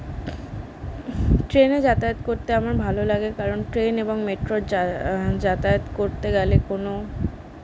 ট্রেনে যাতায়াত করতে আমার ভালো লাগে কারণ ট্রেন এবং মেট্রো যা যাতায়াত করতে গেলে কোনো